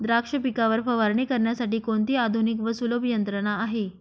द्राक्ष पिकावर फवारणी करण्यासाठी कोणती आधुनिक व सुलभ यंत्रणा आहे?